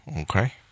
Okay